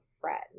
friend